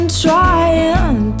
trying